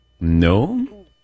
No